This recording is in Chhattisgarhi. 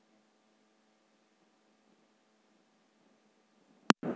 माटी के सबसे बढ़िया उपजाऊ बनाए कोन सा उपाय करें?